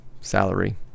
salary